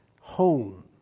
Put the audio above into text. home